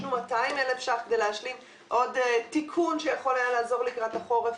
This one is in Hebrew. ביקשנו 200,000 ש"ח כדי להשלים עוד תיקון שיכול היה לעזור לקראת החורף,